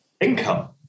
income